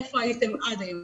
איפה הייתם עד היום?